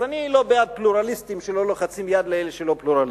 אז אני לא בעד פלורליסטים שלא לוחצים יד לאלה שהם לא פלורליסטים.